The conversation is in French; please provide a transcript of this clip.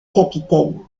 capitaine